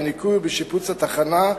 לתחנה?